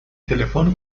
تلفن